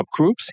subgroups